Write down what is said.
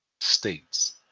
states